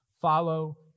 follow